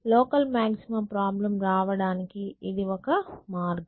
local మాక్సిమా problem రావడానికి ఇది ఒక మార్గం